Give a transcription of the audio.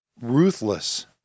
ruthless